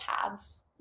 paths